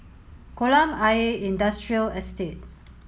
Kolam Ayer Industrial Estate